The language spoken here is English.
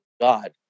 God